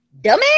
Dumbass